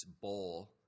bowl